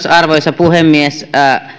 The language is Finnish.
arvoisa puhemies